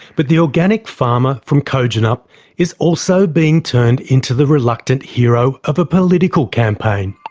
but the organic farmer from kojonup is also being turned into the reluctant hero of a political campaign.